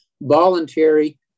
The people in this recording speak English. voluntary